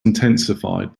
intensified